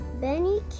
Benny